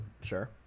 sure